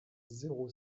zéro